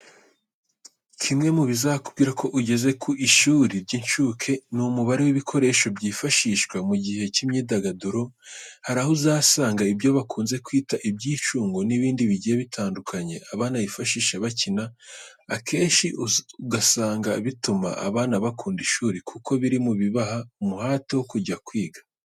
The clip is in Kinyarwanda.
Kimwe mu bizakubwira ko ugeze ku ishuri ry'inshuke, ni umubare w'ibikoresho byifashishwa mu gihe cy'imyidagaduro .Hari aho uzasanga ibyo bakunze kwita ibyicungo n'ibindi bigiye bitandukanya abana bifashisha bakina .Akenshi usanga bituma abana bakunda ishuri kuko biri mu bibaha umuhate wo kujya kwiga.